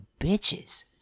bitches